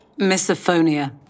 Misophonia